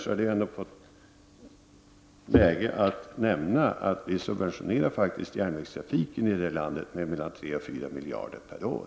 Det är ju läge att nämna att vi subventionerar järnvägstrafiken med mellan 3 och 4 miljarder kronor per år.